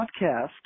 podcast